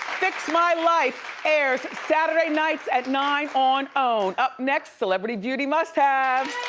fix my life airs saturday nights at nine on own. up next celebrity duty must haves.